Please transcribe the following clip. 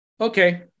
Okay